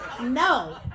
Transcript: No